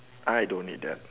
I don't need that